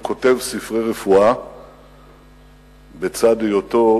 הוא כותב ספרי רפואה בצד היותו